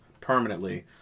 permanently